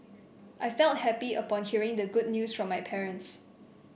I felt happy upon hearing the good news from my parents